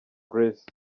grace